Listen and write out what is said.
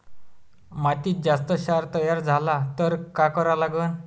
मातीत जास्त क्षार तयार झाला तर काय करा लागन?